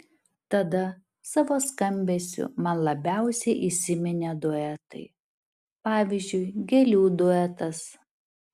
tada savo skambesiu man labiausiai įsiminė duetai pavyzdžiui gėlių duetas